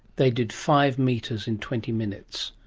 they did five metres in twenty minutes,